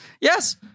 Yes